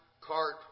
cart